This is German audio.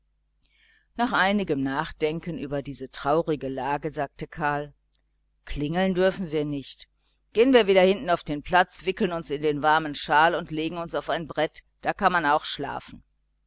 nach einigem nachdenken über diese traurige lage sagte karl klingeln dürfen wir nicht gehen wir wieder hinter auf den platz wickeln uns in den warmen schal und legen uns auf ein brett da kann man schon schlafen